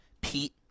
Pete